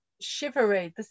shivery